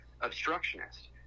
obstructionist